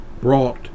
brought